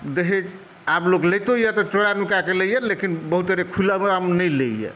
दहेज आब लोक लैतो यए तऽ चोरा नुका कऽ लै यए लेकिन बहुत खुलावलामे नहि लै यए